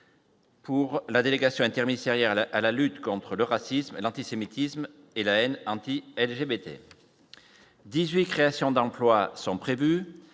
Pour la délégation interministérielle à la lutte contre le racisme et l'antisémitisme et la haine anti-LGBT 18 créations d'emplois sont prévues,